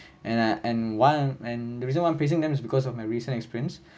and I and one and the reason why I'm praising them is because of my recent experience